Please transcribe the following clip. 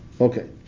Okay